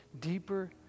deeper